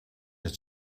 het